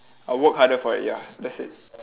I work harder for it ya that's it